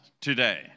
today